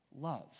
love